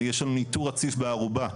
יש לנו ניטור רציף בארובה,